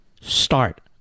start